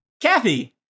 Kathy